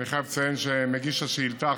אני חייב לציין שמגיש השאילתה,